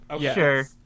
Sure